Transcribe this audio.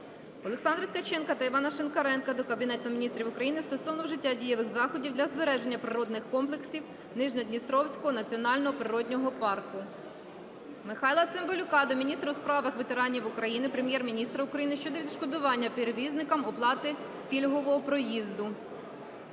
Олександра Ткаченка та Івана Шинкаренка до Кабінету Міністрів України стосовно вжиття дієвих заходів для збереження природних комплексів Нижньодністровського національного природнього парку. Михайла Цимбалюка до міністра у справах ветеранів України, Прем'єр-міністра України щодо відшкодування перевізникам оплати пільгового проїзду.